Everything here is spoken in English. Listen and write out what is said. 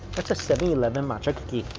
that's a seven eleven matcha cookie.